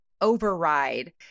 override